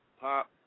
pop